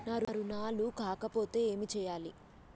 నా రుణాలు కాకపోతే ఏమి చేయాలి?